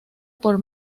por